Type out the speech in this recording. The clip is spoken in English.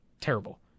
terrible